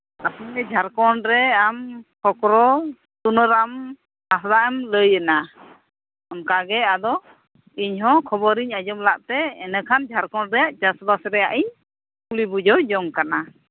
ᱟᱯᱮ ᱡᱷᱟᱨᱠᱷᱚᱸᱰ ᱨᱮ ᱟᱢ ᱠᱷᱚᱠᱨᱚ ᱥᱩᱱᱟᱹᱨᱟᱢ ᱦᱟᱸᱥᱫᱟᱜ ᱮᱢ ᱞᱟᱹᱭᱮᱱᱟ ᱚᱱᱠᱟᱜᱮ ᱟᱫᱚ ᱤᱧᱦᱚᱸ ᱠᱷᱚᱵᱚᱨᱤᱧ ᱟᱸᱡᱚᱢ ᱞᱟᱜᱛᱮ ᱤᱱᱟᱹᱠᱷᱟᱱ ᱡᱷᱟᱲᱠᱷᱚᱸᱰ ᱨᱮ ᱪᱟᱥᱵᱟᱥ ᱨᱮᱭᱟᱜ ᱤᱧ ᱠᱩᱞᱤ ᱵᱩᱡᱷᱟᱹᱣ ᱡᱚᱝ ᱠᱟᱱᱟ